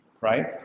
Right